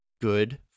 good